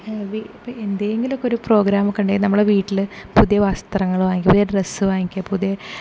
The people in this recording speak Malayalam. എന്തെങ്കിലും ഒക്കെ പ്രോഗ്രാം ഒക്കെ ഉണ്ടെങ്കിൽ വീട്ടിൽ പുതിയ വസ്ത്രങ്ങൾ വാങ്ങിക്കുക പുതിയ ഡ്രസ്സ് വാങ്ങിക്കുക പുതിയ